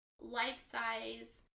life-size